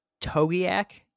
Togiak